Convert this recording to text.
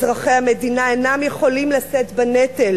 אזרחי המדינה אינם יכולים לשאת בנטל